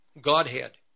Godhead